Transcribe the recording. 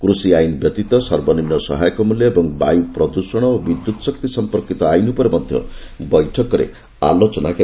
କୃଷି ଆଇନ ବ୍ୟତୀତ ସର୍ବନିମ୍ନ ସହାୟକ ମୂଲ୍ୟ ଏବଂ ବାୟୁ ପ୍ରଦ୍ଷଣ ଓ ବିଦ୍ୟୁତ୍ ଶକ୍ତି ସମ୍ପର୍କିତ ଆଇନ ଉପରେ ମଧ୍ୟ ବୈଠକରେ ଆଲୋଚନା ହେବ